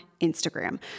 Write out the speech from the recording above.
Instagram